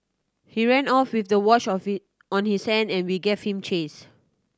he ran off with the watch of it on his hand and we gave him chase